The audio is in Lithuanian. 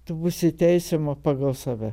tu būsi teisiama pagal save